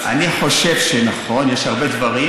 יש הרבה דברים,